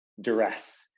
duress